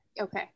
Okay